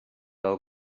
del